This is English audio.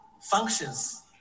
functions